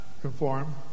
Conform